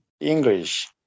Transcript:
English